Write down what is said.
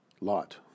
Lot